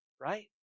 right